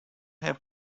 have